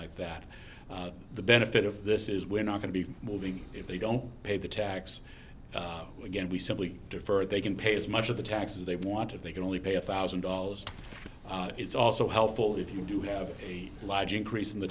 like that the benefit of this is we're not going to be moving if they don't pay the tax again we simply defer they can pay as much of the taxes they want if they can only pay a one thousand dollars it's also helpful if you do have a large increase in the